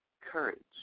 courage